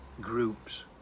groups